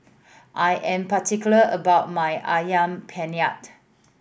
I am particular about my Ayam Penyet